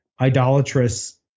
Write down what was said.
idolatrous